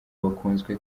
bakunzwe